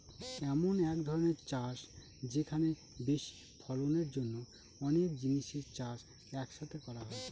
এমন এক ধরনের চাষ যেখানে বেশি ফলনের জন্য অনেক জিনিসের চাষ এক সাথে করা হয়